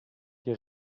die